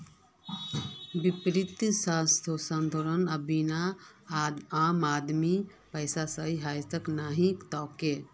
वित्तीय संस्थानेर बिना आम आदमीर पैसा सही हाथत नइ ह तोक